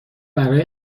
برای